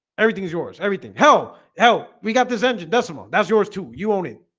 everything is yours everything hell hell we got this engine decimal that's yours, too. you own